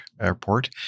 airport